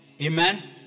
Amen